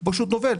הוא פשוט נובל,